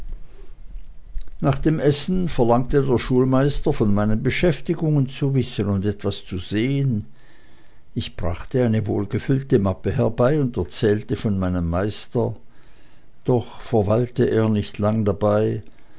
nach dem essen verlangte der schulmeister von meinen beschäftigungen zu wissen und etwas zu sehen ich brachte eine wohlgefüllte mappe herbei und erzählte von meinem meister doch verweilte er nicht lang dabei